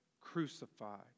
crucified